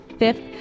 fifth